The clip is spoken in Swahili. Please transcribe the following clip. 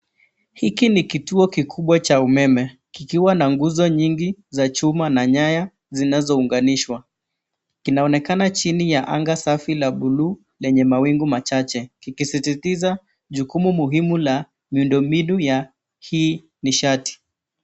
Hiki ni kituo kikubwa cha umeme kikiwa na nguzo nyingi za chuma na nyaya zinazounganishwa. Kinaonekana chini ya anga safi la buluu lenye mawingu machache kikisisitiza jukumu muhimu la miundo mbinu ya hii nishati.